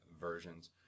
versions